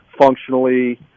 functionally